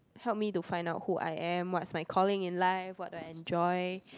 help me to find out who I am what's my calling in life what do I enjoy